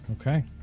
Okay